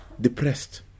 depressed